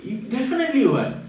it definitely [what]